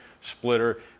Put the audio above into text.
splitter